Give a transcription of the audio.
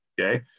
okay